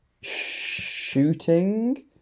Shooting